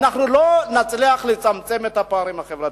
לא נצליח לצמצם את הפערים החברתיים,